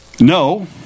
No